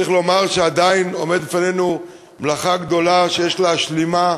צריך לומר שעדיין עומדת בפנינו מלאכה גדולה שיש להשלימה,